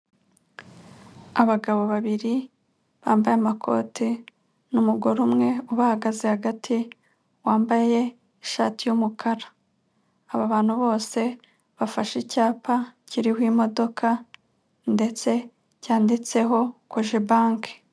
Abagabo babiri bambaye amakote n'umugore umwe ubahagaze hagati wambaye ishati y'umukara. Aba bantu bose bafashe icyapa kiriho imodoka ndetse cyanditseho cogebanque.